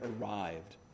arrived